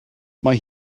mae